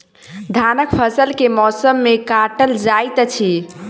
धानक फसल केँ मौसम मे काटल जाइत अछि?